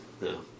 No